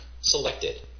Selected